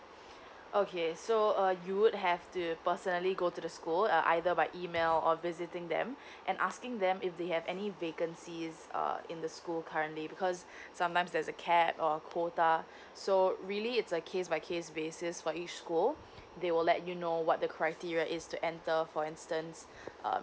okay so uh you would have to personally go to the school uh either by email or visiting them and asking them if they have any vacancies err in the school currently because sometimes there's a cap or quota so really it's a case by case basis for each school they will let you know what the criteria is to enter for instance uh